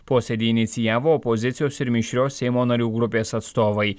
posėdį inicijavo opozicijos ir mišrios seimo narių grupės atstovai